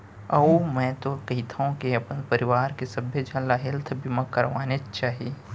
अउ मैं तो कहिथँव के अपन परवार के सबे झन ल हेल्थ बीमा करवानेच चाही